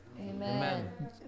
Amen